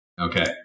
Okay